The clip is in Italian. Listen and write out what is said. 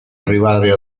arrivare